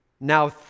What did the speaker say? Now